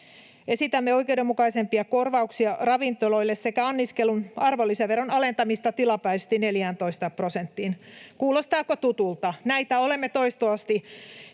Esitämme oikeudenmukaisempia korvauksia ravintoloille sekä anniskelun arvonlisäveron alentamista tilapäisesti 14 prosenttiin. Kuulostaako tutulta? Näitä olemme toistuvasti